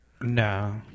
No